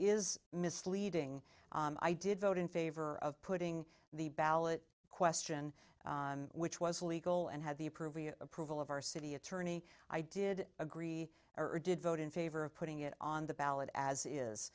is misleading i did vote in favor of putting the ballot question which was legal and have the approval approval of our city attorney i did agree or did vote in favor of putting it on the ballot as i